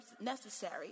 necessary